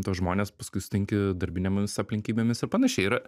tuos žmones paskui sutinki darbinėmis aplinkybėmis ir panašiai ir